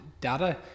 data